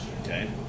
Okay